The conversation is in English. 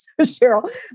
Cheryl